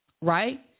Right